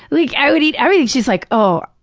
like, i would eat everything she's like, oh,